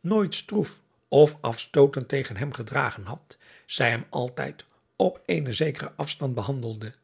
nooit stroef of afstootend tegen hem gedragen had zij hem altijd op eenen zekeren afstand behandelde